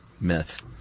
myth